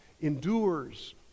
endures